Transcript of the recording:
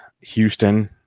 Houston